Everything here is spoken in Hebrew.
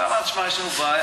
ואמר: תשמעו, יש לנו בעיה.